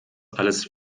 alles